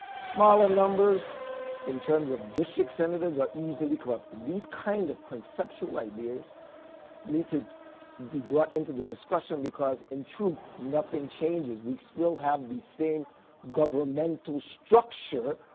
smaller numbers in terms of district senators are easily corrupted. these kind of conceptual ideas need to be brought into the discussion because in truth nothing changes. we still have the same governmental structure,